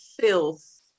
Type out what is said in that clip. filth